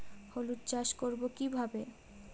হলুদ চাষ করব কিভাবে?